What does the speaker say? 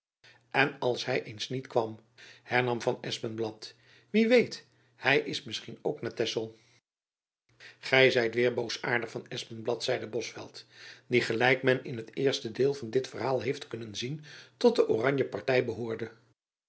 en als hy eens niet kwam hernam van espenblad wie weet hy is misschien ook naar texel gy zijt weêr boosaardig van espenblad zeide bosveldt die gelijk men in het eerste deel van dit verhaal heeft kunnen zien tot de oranje party behoorde